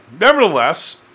nevertheless